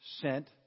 Sent